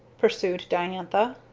pursued diantha.